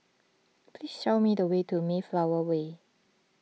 please show me the way to Mayflower Way